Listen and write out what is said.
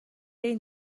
این